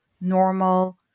normal